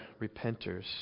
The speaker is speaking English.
repenters